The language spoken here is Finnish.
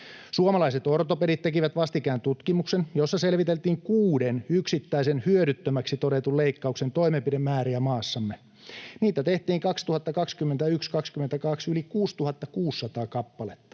Suomalaiset ortopedit tekivät vastikään tutkimuksen, jossa selviteltiin kuuden yksittäisen hyödyttömäksi todetun leikkauksen toimenpidemääriä maassamme. Niitä tehtiin 2021—2022 yli 6 600 kappaletta